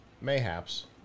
Mayhaps